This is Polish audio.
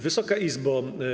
Wysoka Izbo!